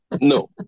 No